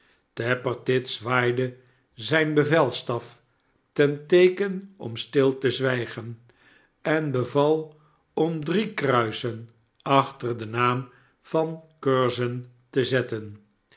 tappertit zwaaide zijn bevelstaf ten teeken om stil te zwijgen en beval om drie kruisen achter den naam van curzon te zetten